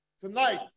Tonight